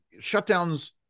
shutdowns